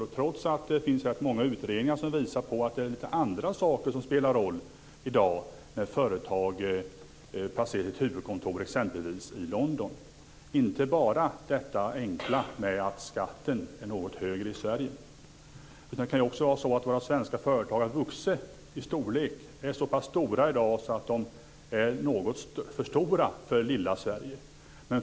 Det finns trots allt rätt så många utredningar som visar att det är lite andra saker som spelar roll i dag när företag placerar sitt huvudkontor exempelvis i London, inte bara det enkla skälet att skatten är något högre i Sverige. Det kan också vara så att våra svenska företag har vuxit i storlek och är så stora i dag att de är något för stora för lilla Sverige.